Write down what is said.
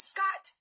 Scott